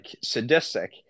sadistic